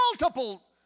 multiple